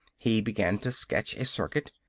he began to sketch a circuit.